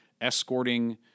escorting